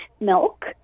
milk